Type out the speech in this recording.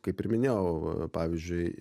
kaip ir minėjau pavyzdžiui